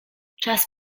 czas